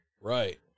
right